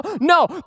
No